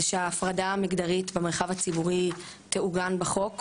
שההפרדה המגדרית במרחב הציבורי תעוגן בחוק.